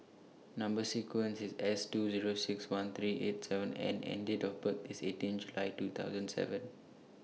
Number sequence IS S two Zero six one three eight seven N and Date of birth IS eighteen July two thousand seven